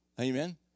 amen